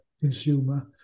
consumer